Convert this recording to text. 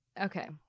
Okay